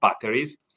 batteries